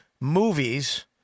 movies